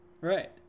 Right